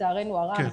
לצערנו הרב,